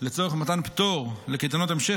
לצורך מתן פטור לקייטנות המשך,